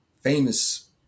famous